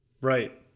Right